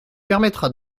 permettra